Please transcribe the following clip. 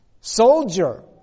soldier